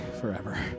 forever